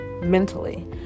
mentally